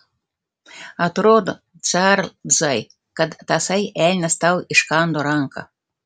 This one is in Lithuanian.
atrodo čarlzai kad tasai elnias tau iškando ranką